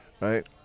Right